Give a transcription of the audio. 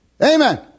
amen